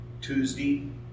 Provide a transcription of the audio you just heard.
Tuesday